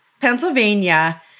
Pennsylvania